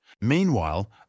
Meanwhile